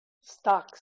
stocks